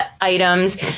items